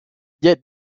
yet